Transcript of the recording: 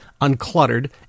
uncluttered